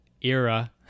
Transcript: era